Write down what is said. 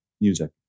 music